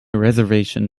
reservation